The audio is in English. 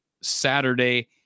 Saturday